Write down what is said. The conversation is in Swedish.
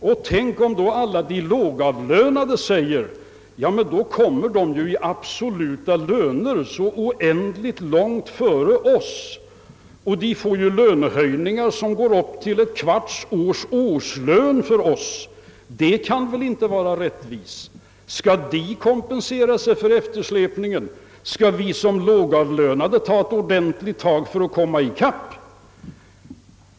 Och tänk om då alla de lågavlönade säger: Ja, men då kommer ju dessa grupper i absoluta löner så oändligt långt före oss — de får ju en lönehöjning som uppgår till en fjärdedels årslön för oss och det kan inte vara rättvist. Skall, säger de lågavlönade, desse grupper kompenseras för eftersläpning: en, så skall vi som lågavlönade ta et ordentligt tag för att komma i kapp.